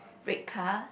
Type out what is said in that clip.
red car